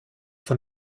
von